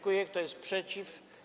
Kto jest przeciw?